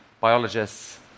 biologists